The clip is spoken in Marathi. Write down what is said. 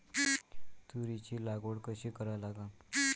तुरीची लागवड कशी करा लागन?